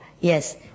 Yes